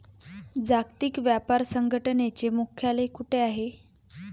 जागतिक व्यापार संघटनेचे मुख्यालय कुठे आहे?